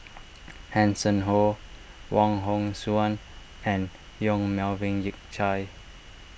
Hanson Ho Wong Hong Suen and Yong Melvin Yik Chye